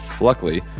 Luckily